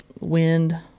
wind